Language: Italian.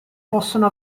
possono